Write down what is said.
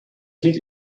liegt